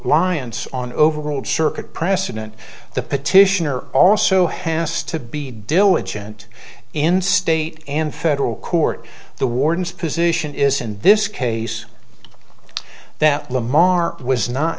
lions on overworld circuit precedent the petitioner also has to be diligent in state and federal court the warden's position is in this case that lamar was not